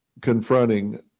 confronting